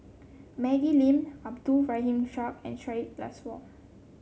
Maggie Lim Abdul Rahim Ishak and Syed Alsagoff